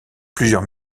plusieurs